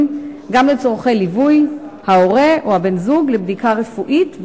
גם לצורכי ליווי ההורה או הבן-זוג לבדיקה רפואית,